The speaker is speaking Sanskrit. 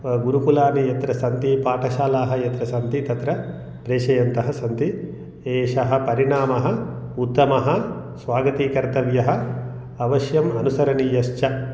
गुरुकुलानि यत्र सन्ति पाठशालाः यत्र सन्ति तत्र प्रेषयन्तः सन्ति एषः परिणामः उत्तमः स्वागती कर्तव्यः अवश्यं अनुसरणीयश्च